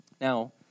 Now